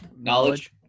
knowledge